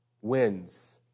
wins